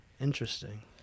Interesting